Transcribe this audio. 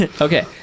Okay